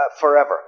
forever